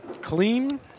Clean